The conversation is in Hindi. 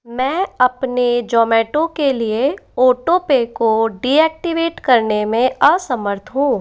मैं अपने जोमैटो के लिए ऑटो पे को डीऐक्टिवेट करने में असमर्थ हूँ